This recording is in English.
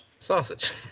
Sausage